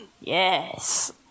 Yes